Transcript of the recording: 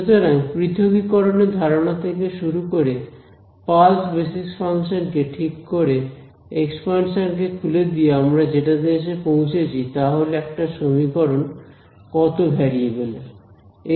সুতরাং পৃথকীকরণের ধারণা থেকে শুরু করে পালস বেসিস ফাংশন কে ঠিক করে এক্সপানশন কে খুলে দিয়ে আমরা যেটাতে এসে পৌঁছেছি তা হল একটা সমীকরণ কত ভ্যারিয়েবেল এর